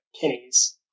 pennies